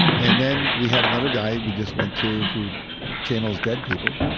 and then we had another guy we just went to who channels dead people.